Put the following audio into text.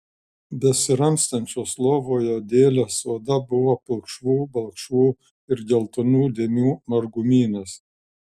besiramstančios lovoje dėlės oda buvo pilkšvų balkšvų ir geltonų dėmių margumynas